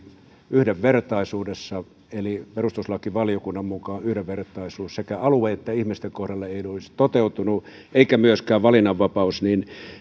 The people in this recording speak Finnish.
yhdenvertaisuudessa eli perustuslakivaliokunnan mukaan yhdenvertaisuus sekä alueiden että ihmisten kohdalla ei olisi toteutunut eikä myöskään valinnanvapaus